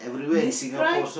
describe